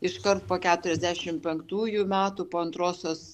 iškart po keturiasdešim penktųjų metų po antrosios